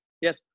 yes